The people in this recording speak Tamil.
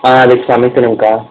ஆ அதற்கு சமைக்கணுங்கக்கா